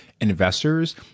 investors